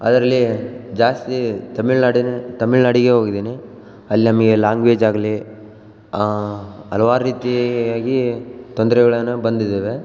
ಅದರಲ್ಲಿ ಜಾಸ್ತಿ ತಮಿಳುನಾಡಿನ ತಮಿಳುನಾಡಿಗೆ ಹೋಗಿದಿನಿ ಅಲ್ಲಿ ನಮಗೆ ಲಾಂಗ್ವೇಜ್ ಆಗಲಿ ಹಲ್ವಾರ್ ರೀತಿ ಆಗಿ ತೊಂದರೆಗಳನ್ನ ಬಂದಿದೇವೆ